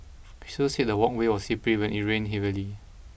he also said the walkway was slippery when it rained heavily